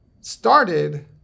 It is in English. started